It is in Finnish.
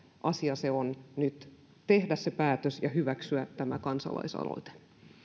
asia on nyt tehdä se päätös ja hyväksyä tämä kansalaisaloite